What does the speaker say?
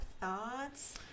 thoughts